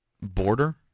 border